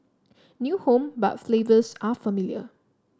new home but flavors are familiar